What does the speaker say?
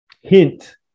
hint